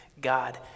God